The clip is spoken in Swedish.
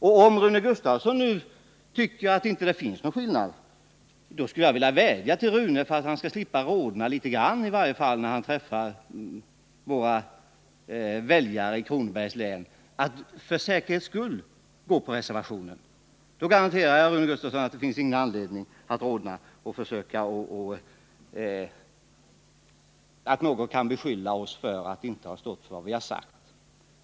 Och om Rune Gustavsson tycker att det inte är någon skillnad härvidlag skulle jag vilja vädja till honom att —i så fall slipper han också rodna litet när han träffar väljarna i Kronobergs län — för säkerhets skull rösta för reservationen. Då garanterar jag Rune Gustavsson att det inte finns anledning att rodna, och ingen kan beskylla oss för att vi inte stått för vad vi har sagt.